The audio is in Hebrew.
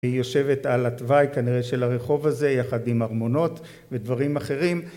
היא יושבת על התוואי כנראה של הרחוב הזה יחד עם ארמונות ודברים אחרים